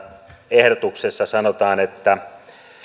ehdotuksessa sanotaan että